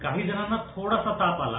काही जणांना थोडासा ताप आला